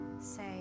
say